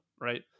right